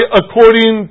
according